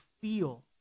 feel